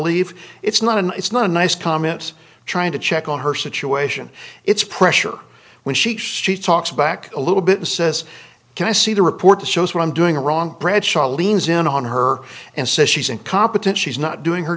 leave it's not an it's not a nice comments trying to check on her situation it's pressure when she talks back a little bit and says can i see the report that shows what i'm doing wrong brad charlene's in on her and says she's incompetent she's not doing her